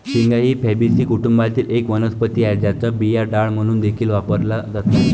शेंगा ही फॅबीसी कुटुंबातील एक वनस्पती आहे, ज्याचा बिया डाळ म्हणून देखील वापरला जातो